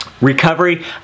recovery